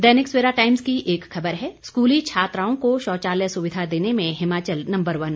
दैनिक Savera times की एक खबर है स्कूली छात्राओं को शौचालय सुविधा देने में हिमाचल नंबर वन